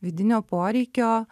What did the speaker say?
vidinio poreikio